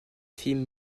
fille